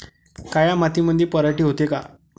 काळ्या मातीमंदी पराटी होते का?